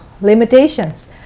limitations